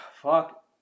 Fuck